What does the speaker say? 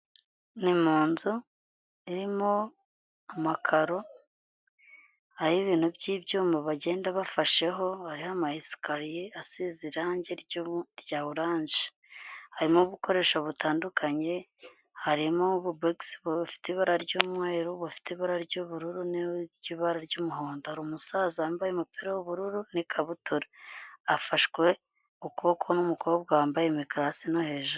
Ni mu nzu irimo amakaro, hariho ibintu by'ibyuma bagenda bafasheho, hariho amasikariye asize irangi rya orange, harimo ubukoresho butandukanye, harimo ububogisi bufite ibara ry'umweru, bufite ibara ry'ubururu n'ibara ry'umuhondo, hari umusaza wambaye umupira w'ubururu n'ikabutura, afashwe ukuboko n'umukobwa wambaye imikara hasi no hejuru.